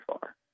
far